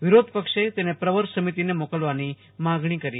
વિરોધપક્ષે તેને પ્રવર સમિતિને મોકલવાની માગણી કરી હતી